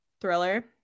thriller